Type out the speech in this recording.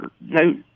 no